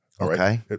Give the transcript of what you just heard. Okay